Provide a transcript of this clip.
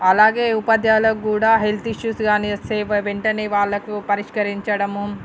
అలాగే ఉపాధ్యాయులకు కూడా హెల్త్ ఇష్యూస్ కానీ వస్తే వెంటనే వాళ్ళకు పరిష్కరించడము